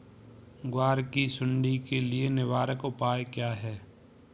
ग्वार की सुंडी के लिए निवारक उपाय क्या है?